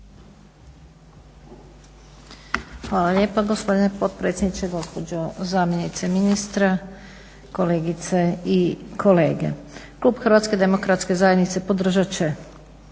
Hvala lijepa gospodine potpredsjedniče, gospođo zamjenice ministra, kolegice i kolege. Klub HDZ-a podržat će